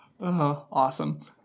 Awesome